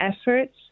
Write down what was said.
efforts